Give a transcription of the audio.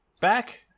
Back